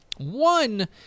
One